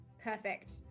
perfect